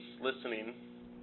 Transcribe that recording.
listening